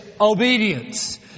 obedience